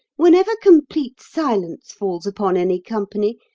whenever complete silence falls upon any company,